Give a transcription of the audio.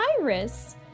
Iris